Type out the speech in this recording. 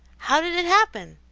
how did it happen?